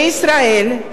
בישראל,